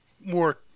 more